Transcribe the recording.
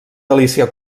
delícia